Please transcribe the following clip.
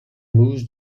moose